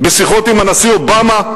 בשיחות עם הנשיא אובמה,